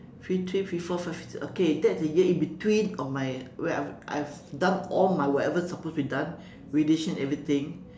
fifty three fifty four fifty five okay that's the year in between of my where I have I have done all my whatever supposed to be done radiation everything